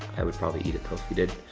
i would probably eat it though, if you did.